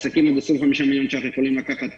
עסקים עד 25 מיליון שקלים יכולים לקחת